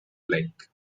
blake